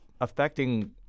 affecting